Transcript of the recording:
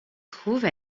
trouve